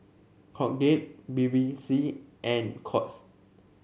Colgate Bevy C and Courts